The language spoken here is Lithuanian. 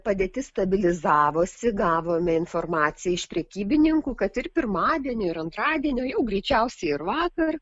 padėtis stabilizavosi gavome informaciją iš prekybininkų kad ir pirmadienį ir antradienio jau greičiausiai ir vakar